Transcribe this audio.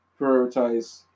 prioritize